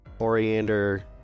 Oriander